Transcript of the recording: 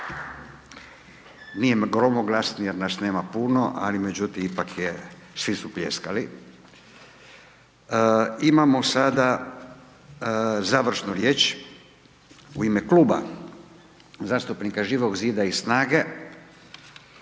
Nije gromoglasni jer nas nema puno, ali međutim ipak je, svi su pljeskali. Imamo sada završnu riječ, u ime Kluba zastupnika Živog zida i SNAGE